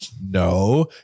No